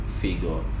figure